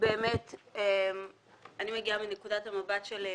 אני מגיעה מנקודת המבט של נשים.